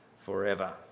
forever